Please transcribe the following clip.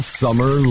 summer